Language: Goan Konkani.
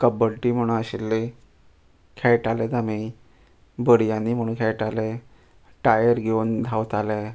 कबड्डी म्हुणू आशिल्ली खेळटालेच आमी बडयानी म्हुणू खेळटाले टायर घेवन धांवताले